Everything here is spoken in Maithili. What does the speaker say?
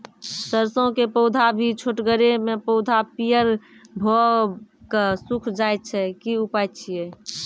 सरसों के पौधा भी छोटगरे मे पौधा पीयर भो कऽ सूख जाय छै, की उपाय छियै?